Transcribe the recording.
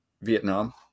Vietnam